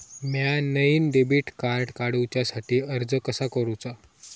म्या नईन debit card काडुच्या साठी अर्ज कसा करूचा?